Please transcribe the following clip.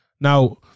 Now